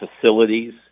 facilities